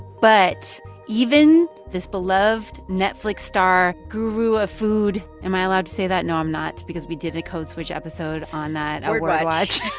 but even this beloved netflix star guru of food am i allowed to say that? no, i'm not because we did a code switch episode on that. word watch.